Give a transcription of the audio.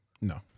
No